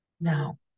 Now